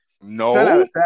No